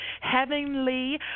Heavenly